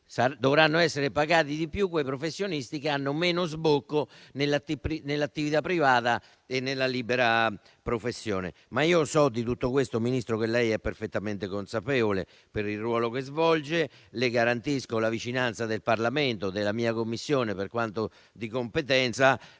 Dovranno essere pagati di più quei professionisti che hanno minore sbocco nell'attività privata, nella libera professione. So che di tutto questo il Ministro è perfettamente consapevole per il ruolo che svolge e gli garantisco la vicinanza del Parlamento e della mia Commissione per quanto di competenza,